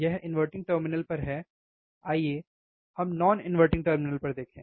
यह inverting terminal पर है आइए हम नॉन इन्वर्टिंग टर्मिनल पर देखें